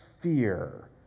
fear